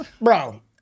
Bro